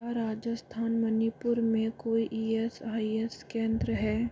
राजस्थान मणिपुर में कोई E S I S केंद्र हैं